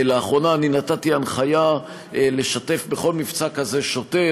לאחרונה נתתי הנחיה לשתף בכל מבצע כזה שוטר,